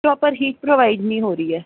proper heat provide ਨੀ ਹੋ ਰੀ ਐ